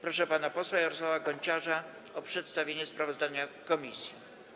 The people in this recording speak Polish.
Proszę pana posła Jarosława Gonciarza o przedstawienie sprawozdania komisji.